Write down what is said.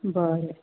बरें